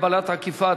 הגבלת עקיפה),